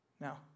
Now